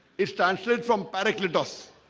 it's translated from perfectly does